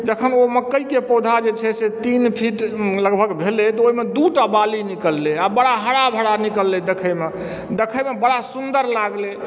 जखन ओ मकैके पौधा जे छै तीन फिट लगभग भेलय तऽ ओहिमे दू टा बाली निकलले आ बड़ा हरा भरा निकललय देखयमे देखयमे बड़ा सुन्दर लागले